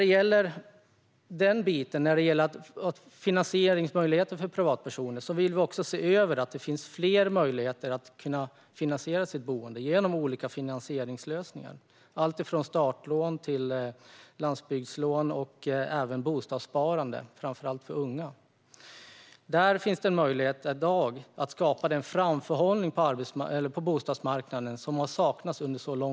Vi vill se över fler möjligheter för privatpersoner att finansiera sitt boende. Det kan vara olika finansieringslösningar: alltifrån startlån till landsbygdslån och bostadssparande, framför allt för unga. Där finns det en möjlighet att skapa den framförhållning på bostadsmarknaden som under lång tid har saknats.